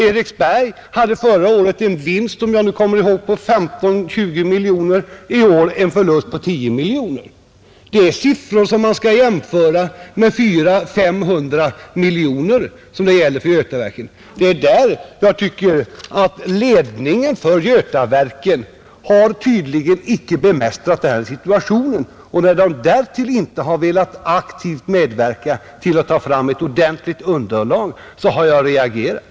Eriksberg hade förra året en vinst på, om jag nu minns rätt, 17 miljoner och har i år en förlust på 10 miljoner. Detta är siffror som man skall jämföra med de 400-500 miljoner som det gäller för Götaverken. Det är därför jag tycker att ledningen för Götaverken tydligen icke har bemästrat situationen. När den därtill inte har velat aktivt medverka till att ta fram ett ordentligt underlag, har jag reagerat.